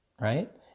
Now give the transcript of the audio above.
right